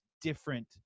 different